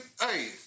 hey